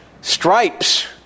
stripes